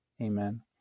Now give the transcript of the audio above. Amen